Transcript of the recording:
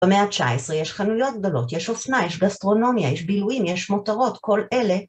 במאה ה-19 יש חנויות גדולות, יש אופנה, יש גסטרונומיה, יש בילויים, יש מותרות, כל אלה.